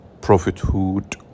prophethood